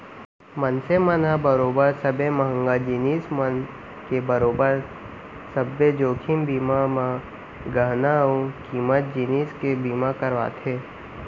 मनसे मन ह बरोबर सबे महंगा जिनिस मन के बरोबर सब्बे जोखिम बीमा म गहना अउ कीमती जिनिस के बीमा करवाथे